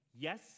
Yes